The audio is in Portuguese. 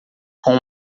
com